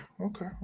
okay